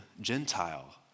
Gentile